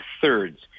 thirds